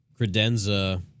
credenza